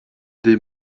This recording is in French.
des